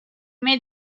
made